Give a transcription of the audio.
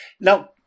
Now